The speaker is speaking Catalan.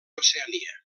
oceania